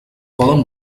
podeu